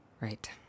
Right